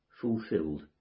fulfilled